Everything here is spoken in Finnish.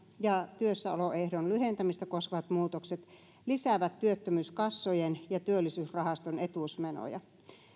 ja työssäoloehdon lyhentämistä koskevat muutokset lisäävät työttömyyskassojen ja työllisyysrahaston etuusmenoja